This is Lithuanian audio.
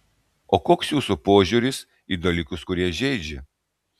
o koks jūsų požiūris į dalykus kurie žeidžia